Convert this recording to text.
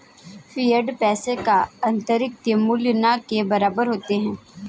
fiat पैसे का आंतरिक मूल्य न के बराबर होता है